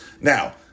Now